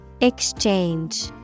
Exchange